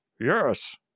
Yes